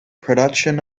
production